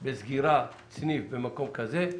בסגירת סניף במקום כזה,